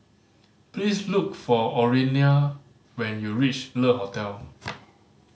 please look for Orlena when you reach Le Hotel